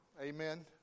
Amen